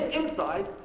inside